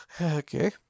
Okay